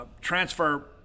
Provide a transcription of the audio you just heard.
transfer